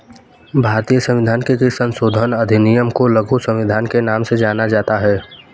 भारतीय संविधान के किस संशोधन अधिनियम को लघु संविधान के नाम से जाना जाता है?